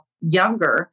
younger